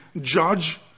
judge